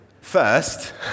first